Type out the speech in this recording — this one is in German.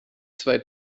zwei